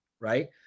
right